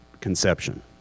conception